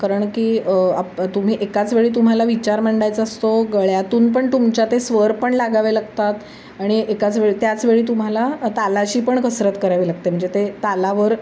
कारण की आप तुम्ही एकाच वेळी तुम्हाला विचार मांडायचा असतो गळ्यातून पण तुमच्या ते स्वर पण लागावे लागतात आणि एकाच वेळी त्याच वेळी तुम्हाला तालाची पण कसरत करावी लागते म्हणजे ते तालावर